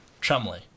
Chumley